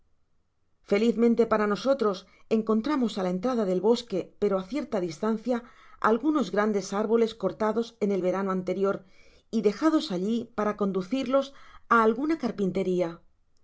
felizmente para nosotros encontramos á la entrada del bosque pero á cierta distancia algunos grandes árboles cortados en el verano anterior y dejados alli para conducirlos á alguna carpintería